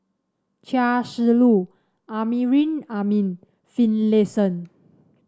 Chia Shi Lu Amrin Amin and Finlayson